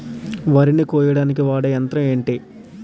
వరి ని కోయడానికి వాడే యంత్రం ఏంటి?